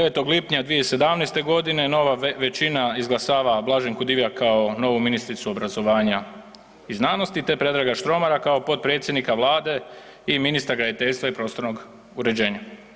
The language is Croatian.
9. lipnja 2017.g. nova većina izglasava Blaženku Divjak kao novu ministricu obrazovanja i znanosti te Predraga Štromara kao potpredsjednika Vlade i ministra graditeljstva i prostornog uređenja.